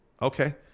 Okay